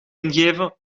ingeven